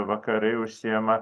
vakarai užsiima